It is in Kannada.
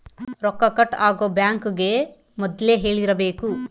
ರೊಕ್ಕ ಕಟ್ ಆಗೋ ಬ್ಯಾಂಕ್ ಗೇ ಮೊದ್ಲೇ ಹೇಳಿರಬೇಕು